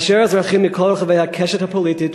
כאשר אזרחים מכל רחבי הקשת הפוליטית